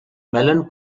mellon